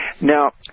Now